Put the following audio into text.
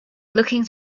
looking